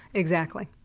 exactly.